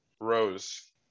Rose